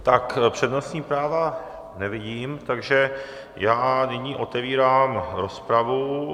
Tak přednostní práva nevidím, takže já nyní otevírám rozpravu.